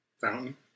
fountain